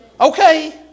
okay